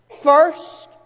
First